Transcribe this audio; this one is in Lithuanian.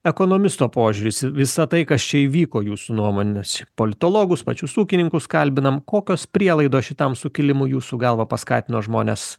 ekonomisto požiūris į visa tai kas čia įvyko jūsų nuomonės politologus pačius ūkininkus kalbinam kokios prielaidos šitam sukilimui jūsų galva paskatino žmones